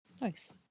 Nice